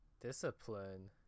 discipline